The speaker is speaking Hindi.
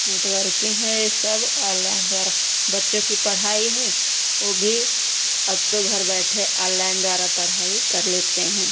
नेटबैंकिन्ग है यह सब ऑनलाइन द्वारा बच्चों की पढ़ाई है वह भी अब तो घर बैठे ऑनलाइन द्वारा पढ़ाई कर लेते हैं